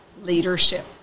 leadership